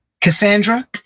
Cassandra